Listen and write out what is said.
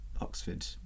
Oxford